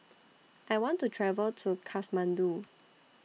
I want to travel to Kathmandu